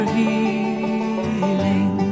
healing